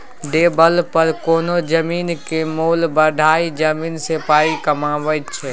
developer कोनो जमीनक मोल बढ़ाए जमीन सँ पाइ कमाबै छै